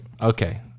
Okay